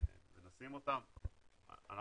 אנחנו